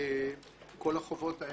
כל החובות האלה,